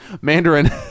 mandarin